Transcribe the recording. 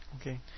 Okay